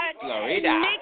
Florida